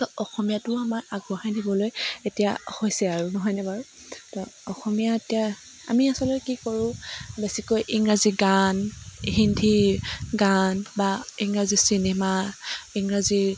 তো অসমীয়াটোও আমাৰ আগবঢ়াই নিবলৈ এতিয়া হৈছে আৰু নহয়নে বাৰু তো অসমীয়া এতিয়া আমি আচলতে কি কৰোঁ বেছিকৈ ইংৰাজী গান হিন্দী গান বা ইংৰাজী চিনেমা ইংৰাজী